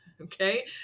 Okay